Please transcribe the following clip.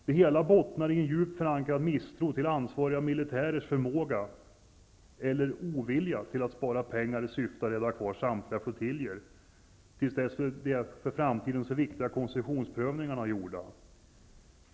Det hela bottnar i en djupt förankrad misstro till ansvariga militärers förmåga eller vilja till att spara pengar i syfta att rädda kvar samtliga flottiljer tills de för framtiden så viktiga koncessionsprövningarna är gjorda.